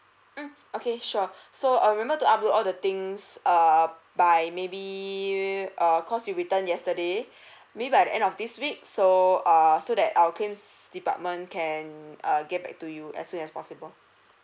mm okay sure so err remember to upload all the things err by maybe err because you return yesterday maybe by the end of this week so err so that our claims department can err get back to you as soon as possible